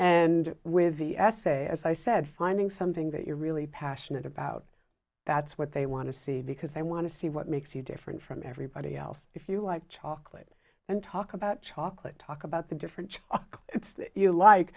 and with the essay as i said finding something that you're really passionate about that's what they want to see because they want to see what makes you different from everybody else if you like chocolate and talk about chocolate talk about the different you like